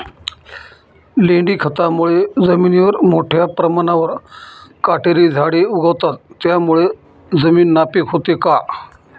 लेंडी खतामुळे जमिनीवर मोठ्या प्रमाणावर काटेरी झाडे उगवतात, त्यामुळे जमीन नापीक होते का?